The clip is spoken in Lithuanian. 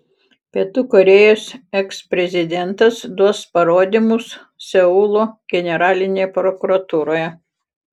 pietų korėjos eksprezidentas duos parodymus seulo generalinėje prokuratūroje